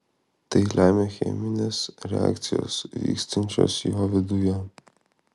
tai lemia cheminės reakcijos vykstančios jo viduje